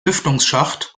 lüftungsschacht